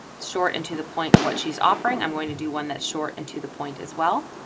short, and to the point of what she's offering, i'm going to do one that short and to the point as well.